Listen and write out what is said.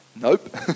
Nope